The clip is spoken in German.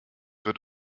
wird